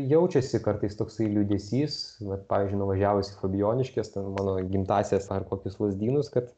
jaučiasi kartais toksai liūdesys vat pavyzdžiui nuvažiavusi fabijoniškes ten mano gimtąsias ar kokius lazdynus kad